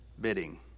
bidding